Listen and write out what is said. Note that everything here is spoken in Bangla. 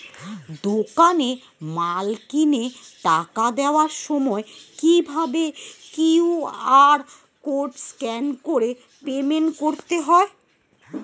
দোকানে মাল কিনে টাকা দেওয়ার সময় কিভাবে কিউ.আর কোড স্ক্যান করে পেমেন্ট করতে হয়?